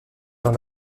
dans